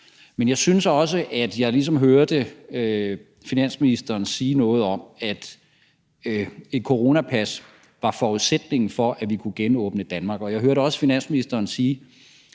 Men jeg synes også, at jeg ligesom hørte ministeren sige noget om, at et coronapas var forudsætningen for, at vi kunne genåbne Danmark. Og jeg hørte også ministeren sige,